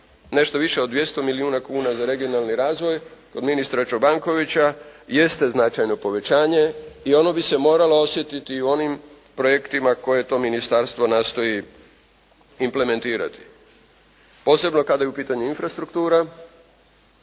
nešto više od 200 milijuna kuna za regionalni razvoj od ministra Čobankovića jeste značajno povećanje i ono bi se moralo osjetiti i u onim projektima koje to Ministarstvo nastoji implementirati. Posebno kada je u pitanju infrastruktura